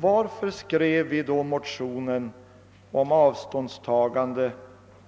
Varför skrev vi då motionen om avståndstagande